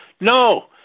No